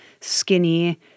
skinny